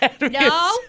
No